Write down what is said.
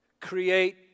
create